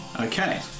Okay